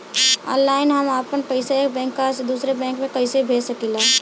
Online हम आपन पैसा एक बैंक से दूसरे बैंक में कईसे भेज सकीला?